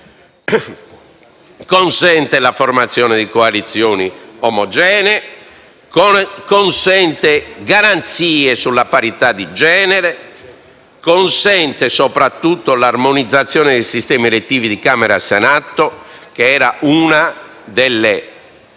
consente la formazione di coalizioni omogenee, consente garanzie per ciò che riguarda la parità di genere e consente, soprattutto, l'armonizzazione dei sistemi elettivi di Camera e Senato, che era una delle